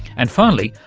and finally,